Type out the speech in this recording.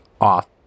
off